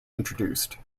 introduced